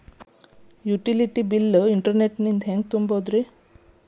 Utility bill ಗಳನ್ನ internet ನಿಂದ ಹೆಂಗ್ ತುಂಬೋದುರಿ?